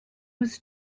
was